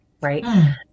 right